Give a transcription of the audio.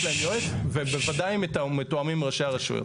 להם יועץ ובוודאי הם מתואמים עם ראשי הרשויות.